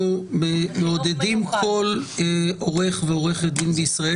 אנחנו מעודדים כל עורך דין ועורכת דין בישראל